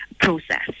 process